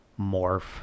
morph